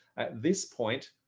at this point,